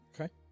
Okay